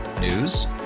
News